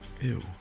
Ew